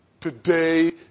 Today